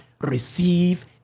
Receive